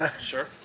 Sure